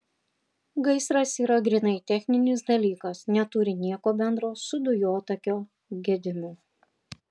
gaisras yra grynai techninis dalykas neturi nieko bendro su dujotakio gedimu